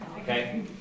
Okay